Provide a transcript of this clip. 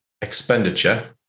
expenditure